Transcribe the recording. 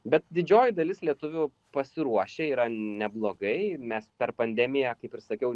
bet didžioji dalis lietuvių pasiruošę yra neblogai mes per pandemiją kaip ir sakiau